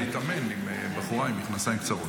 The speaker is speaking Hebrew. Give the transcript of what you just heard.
הוא לא הסכים להתאמן עם בחורה עם מכנסיים קצרים.